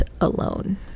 alone